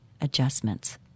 adjustments